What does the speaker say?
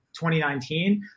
2019